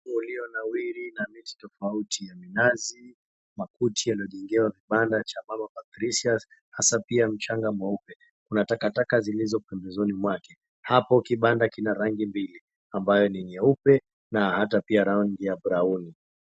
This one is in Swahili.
Uwanja ulionawiri na miti tofauti ya minazi makuti yaliyo jengewa vibanda za baba Patricia hasa pia mchanga mweupe. Kuna takataka zilizo pembezoni mwake. Hapo kibanda kina rangi mbili ambayo ni nyeupe na hata pia rangi ya brauni.